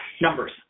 Numbers